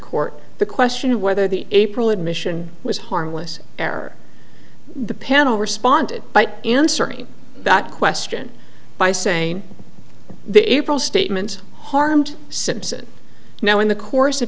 court the question of whether the april admission was harmless error the panel responded by answering that question by saying the april statement harmed simpson now in the course of